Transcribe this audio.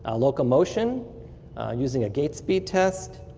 ah locomotion using a gate speed test,